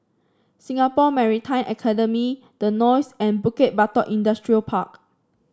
Singapore Maritime Academy The Knolls and Bukit Batok Industrial Park